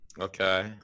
Okay